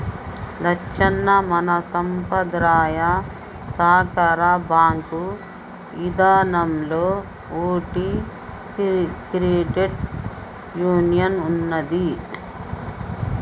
లచ్చన్న మన సంపద్రాయ సాకార బాంకు ఇదానంలో ఓటి క్రెడిట్ యూనియన్ ఉన్నదీ